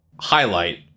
highlight